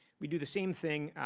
we do the same thing,